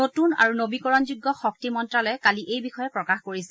নতুন আৰু নবীকৰণযোগ্য শক্তি মন্ত্ৰ্যালয়ে কালি এই বিষয়ে প্ৰকাশ কৰিছে